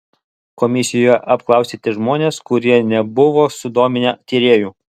komisijoje apklausėte žmones kurie nebuvo sudominę tyrėjų